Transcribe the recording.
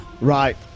Right